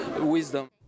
wisdom